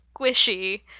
squishy